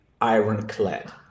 ironclad